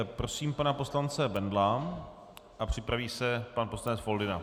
Prosím pana poslance Bendla a připraví se pan poslanec Foldyna.